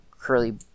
curly